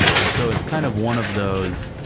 and so, it's kind of one of those,